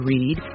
Read